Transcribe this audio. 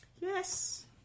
Yes